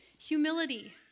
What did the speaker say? humility